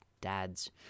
dad's